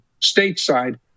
stateside